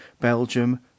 Belgium